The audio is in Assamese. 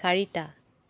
চাৰিটা